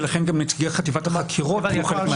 ולכן גם נציגי חטיבת החקירות יהיו חלק מהצוות הזה.